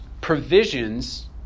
provisions